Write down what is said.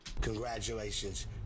Congratulations